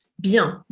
Bien